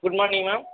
good morning ma'am